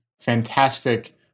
fantastic